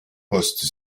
poste